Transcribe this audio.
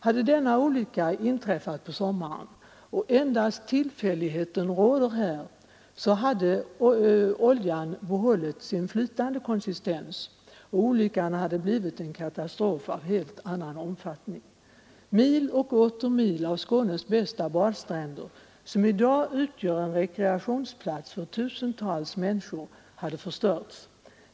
Hade denna olycka inträffat på sommaren — och endast tillfälligheter råder här — hade oljan behållit sin flytande konsistens, och olyckan hade blivit en katastrof av helt annan omfattning än den vi nu fick. Mil och åter mil av Skånes bästa badstränder, som i dag utgör en rekreationsplats för tusentals människor, hade förstörts.